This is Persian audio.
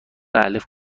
الف